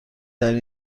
ترین